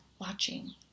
watching